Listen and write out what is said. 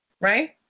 Right